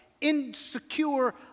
insecure